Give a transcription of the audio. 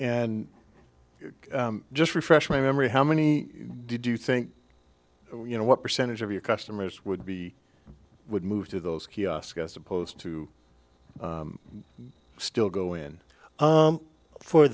and just refresh my memory how many did you think you know what percentage of your customers would be would move to those kiosk as opposed to still go in